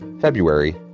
February